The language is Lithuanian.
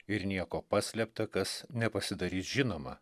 ir nieko paslėpta kas nepasidarys žinoma